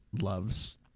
loves